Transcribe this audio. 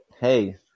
hey